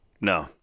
No